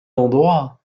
endroit